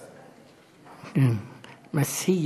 יעני.